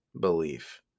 belief